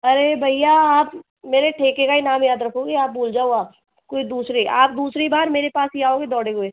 अरे भैया आप मेरे ठेके का ही नाम याद रखोगे आप भूल जाओ आप कोई दूसरी आप दूसरी बार मेरे पास ही आओगे दौड़े हुए